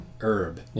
herb